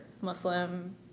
Muslim